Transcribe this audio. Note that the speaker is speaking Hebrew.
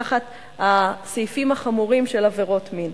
תחת הסעיפים החמורים של עבירות מין.